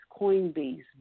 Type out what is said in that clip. Coinbase